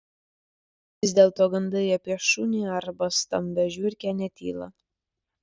vis dėlto gandai apie šunį arba stambią žiurkę netyla